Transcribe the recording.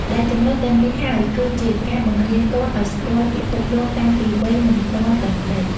ដែលចំណុចទាំងនេះហើយគឺជាការបង្រៀនកូនឱ្យស្គាល់ពិភពលោកតាំងពីវ័យមិនទាន់ដឹងក្តី។